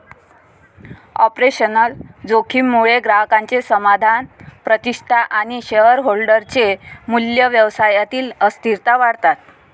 operational जोखीम मुळे ग्राहकांचे समाधान, प्रतिष्ठा आणि शेअरहोल्डर चे मूल्य, व्यवसायातील अस्थिरता वाढतात